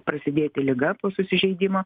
prasidėti liga po susižeidimo